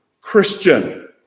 Christian